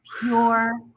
pure